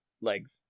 legs